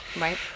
Right